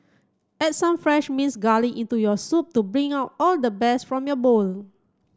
add some fresh minced garlic into your soup to bring out all the best from your bowl